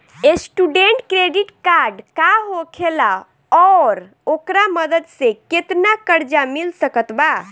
Student credit card का होखेला और ओकरा मदद से केतना कर्जा मिल सकत बा?